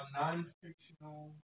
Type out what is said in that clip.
Non-Fictional